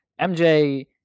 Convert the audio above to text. mj